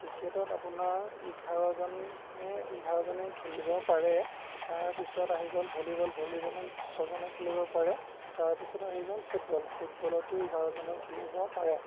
ক্ৰিকেটত আপোনাৰ এঘাৰজনে এঘাৰজনে খেলিব পাৰে তাৰপিছত আহি গ'ল ভলীবল ভলীবলত ছজনে খেলিব পাৰে তাৰপিছত আহি গ'ল ফুটবল ফুটবলতো এঘাৰজনে খেলিব পাৰে